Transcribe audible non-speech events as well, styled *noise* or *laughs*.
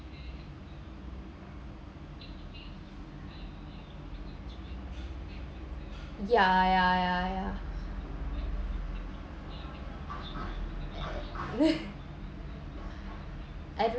ya ya ya ya *laughs* I don't